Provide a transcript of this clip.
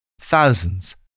Thousands